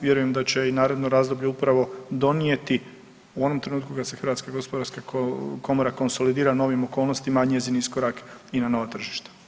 Vjerujem da će i naredno razdoblje upravo donijeti u onom trenutku kad se HGK konsolidira novim okolnostima, a njezin iskorak i na nova tržišta.